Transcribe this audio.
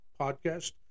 Podcast